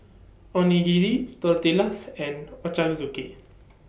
Onigiri Tortillas and Ochazuke